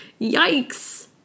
Yikes